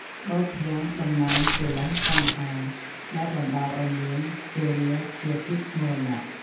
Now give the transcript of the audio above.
ស្បូវភ្លាំងតំណាងកិលេស តណ្ហា ដែលបណ្តាលឱ្យមានជរាព្យាធិមរណៈ។